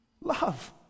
Love